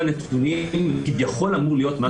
הנתונים כביכול שאמור להיות משהו די פשוט.